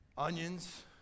Onions